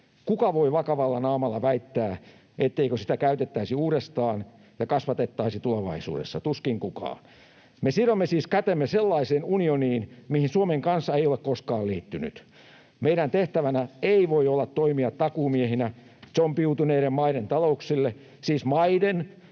Kuka voi vakavalla naamalla väittää, etteikö sitä käytettäisi uudestaan ja kasvatettaisi tulevaisuudessa? Tuskin kukaan. Me sidomme siis kätemme sellaiseen unioniin, mihin Suomen kansa ei ole koskaan liittynyt. Meidän tehtävänämme ei voi olla toimia takuumiehinä zombiutuneiden maiden talouksille — siis maiden,